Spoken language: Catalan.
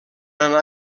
anar